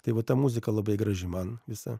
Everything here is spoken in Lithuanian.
tai va ta muzika labai graži man visa